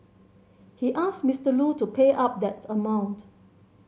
he asked Mister Lu to pay up that amount